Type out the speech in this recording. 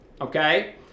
Okay